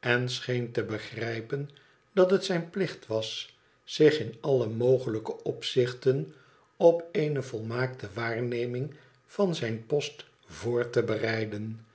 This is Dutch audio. en scheen te begrijpen dat het zijn plicht was zich in alle mogelijke opzichten op eene volmaakte waarneming van zijn post voor te bereiden